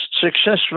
successful